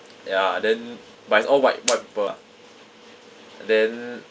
ya then but it's all white white people ah then